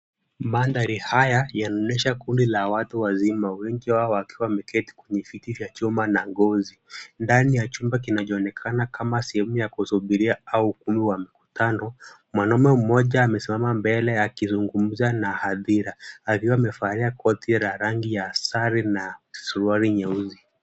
Mandhari haya yanaonyesha kundi la watu wazima, wengi wao wakiwa wameketi kwenye viti vya chuma na ngozi, ndani ya chumba kinachoonekana kama sehemu ya kusubiria au ukumbi wa mkutano, mwanamume mmoja amesimama mbele akizungumza na hadhira, akiwa amevalia koti la rangi ya sare na suruali nyeusi.